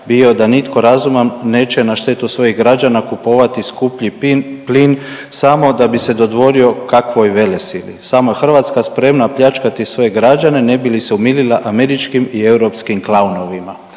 bio da nitko razuman neće na štetu svojih građana kupovati skuplji plin samo da bi se dodvorio kakvoj velesili. Samo je Hrvatska spremna pljačkati svoje građane ne bi li se umilila američkim i europskim klaunovima.